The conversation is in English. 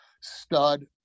stud